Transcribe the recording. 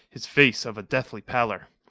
his face of a deathly pallor.